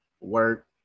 work